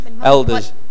Elders